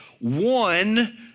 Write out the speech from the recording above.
one